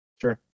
Sure